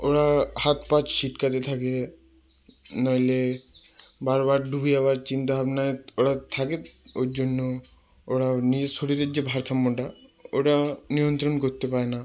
ওরা হাত পা ছিটকাতে থাকে নইলে বারবার ডুবে যাবার চিন্তাভাবনায় ওরা থাকে ওই জন্য ওরা নিজের শরীরের যে ভারসাম্যটা ওটা নিয়ন্ত্রণ করতে পারে না